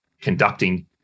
conducting